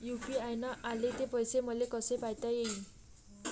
UPI न आले ते पैसे मले कसे पायता येईन?